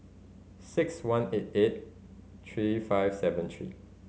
six one eight eight three five seven three